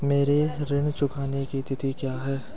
मेरे ऋण चुकाने की तिथि क्या है?